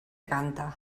canta